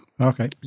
Okay